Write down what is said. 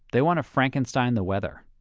they want to frankenstein the weather.